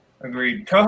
Agreed